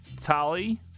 Tali